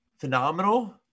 Phenomenal